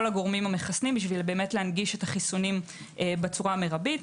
הגורמים המחסנים כדי להנגיש את החיסונים בצורה המרבית.